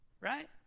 right